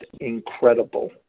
incredible